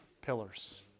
pillars